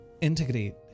integrate